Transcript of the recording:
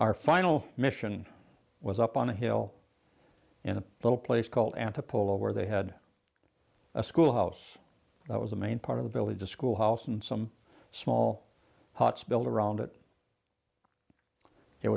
our final mission was up on a hill in a little place called antipolo where they had a school house that was a main part of the village a school house and some small pots built around it it